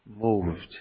moved